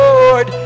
Lord